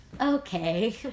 Okay